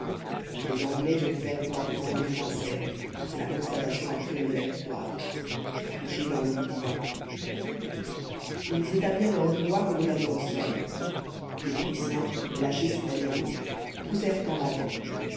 les anglais occupèrent le campement des français c'est la constatation habituelle de la victoire coucher dans le lit du vaincu ils établirent leur bivouac au delà de rossomme les prussiens lâchés sur la déroute poussèrent en avant